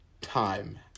time